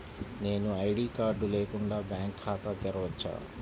నేను ID card లేకుండా bank ఖాతా తెరవచ్చా?